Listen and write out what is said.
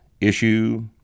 issue